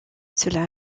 cela